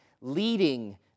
leading